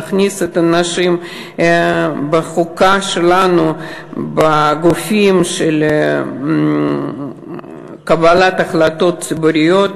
נכניס את הנשים בחוקה שלנו לגופים של קבלת החלטות ציבוריות,